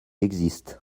existe